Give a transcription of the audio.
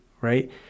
right